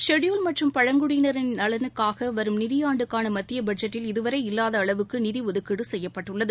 ஷெடியூல்டுமற்றும் பழங்குடியினின் நலனுக்காகவரும் நிதியாண்டுக்கானமத்தியபட்ஜெட்டில் இதுவரை இல்லாதஅளவுக்குநிதிஒதுக்கீடுசெய்யப்பட்டுள்ளது